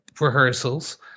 rehearsals